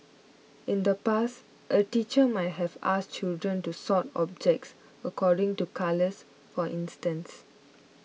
in the past a teacher might have asked children to sort objects according to colours for instance